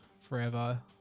forever